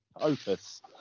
Opus